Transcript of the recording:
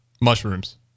Mushrooms